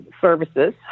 services